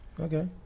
Okay